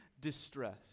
distress